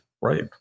right